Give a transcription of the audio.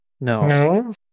No